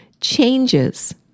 changes